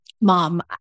mom